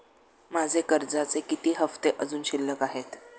माझे कर्जाचे किती हफ्ते अजुन शिल्लक आहेत?